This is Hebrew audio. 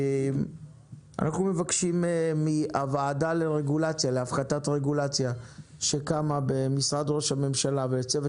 אנחנו מבקשים מהוועדה להפחתת רגולציה שקמה במשרד ראש הממשלה ומצוות